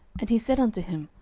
and he said unto him,